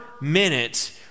minute